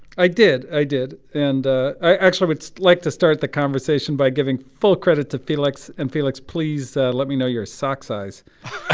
i did. i did. and ah i actually would like to start the conversation by giving full credit to felix. and, felix, please, let me know your sock size